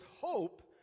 hope